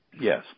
yes